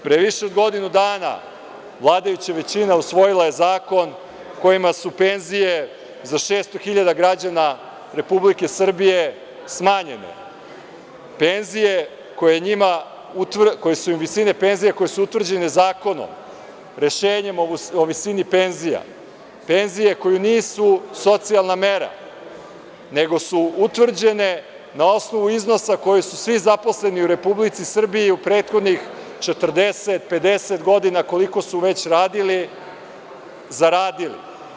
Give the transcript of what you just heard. Pre više od godinu dana vladajuća većina usvojila je zakon kojim su penzije za 600.000 građana Republike Srbije smanjene, visine penzija koje su im utvrđene zakonom, rešenjem o visini penzija, penzije koje nisu socijalna mera, nego su utvrđene na osnovu iznosa koji su svi zaposleni u Republici Srbiji u prethodnih 40, 50 godina, koliko su već radili, zaradili.